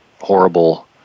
horrible